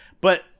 but-